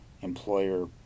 employer